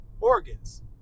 organs